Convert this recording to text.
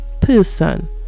person